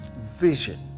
vision